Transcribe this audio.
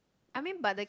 I mean but the